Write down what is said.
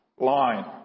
line